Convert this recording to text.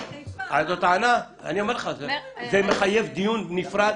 אני אומר לך, זה מחייב דיון נפרד.